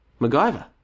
MacGyver